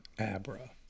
Abra